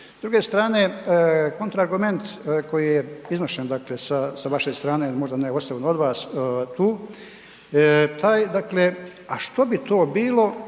S druge strane kontraargument koji je iznošen s vašem strane, možda ne osobno od vas tu, taj dakle a što bi to bilo